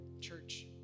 church